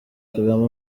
kagame